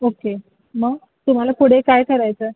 okay मग तुम्हाला पुढे काय करायचं आहे